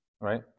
right